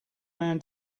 man